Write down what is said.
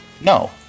no